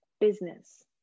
business